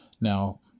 Now